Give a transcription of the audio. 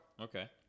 Okay